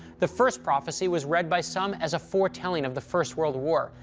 the first prophecy was read by some as a foretelling of the first world war,